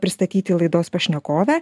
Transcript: pristatyti laidos pašnekovę